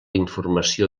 informació